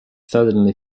suddenly